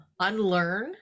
unlearn